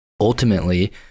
Ultimately